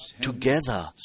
together